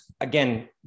again